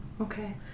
okay